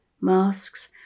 masks